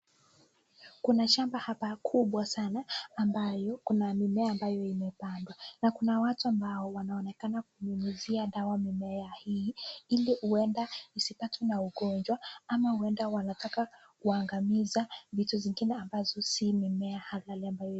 Kuna shamba hapa kubwa sana, ambayo kuna mimea ambayo imepandwa na kuna watu ambao wanaonekana kunyunyizia dawa mimea hii ili huenda isipatwe na ugonjwa ama huenda wanataka kuangamiza vitu zingine ambazo si mimea.